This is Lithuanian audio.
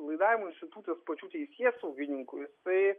laidavimas institucijos pačių teisėsaugininkų jisai